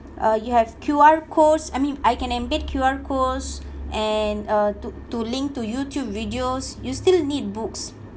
uh you have Q_R codes I mean I can embed Q_R codes and uh to to link to youtube videos you still need books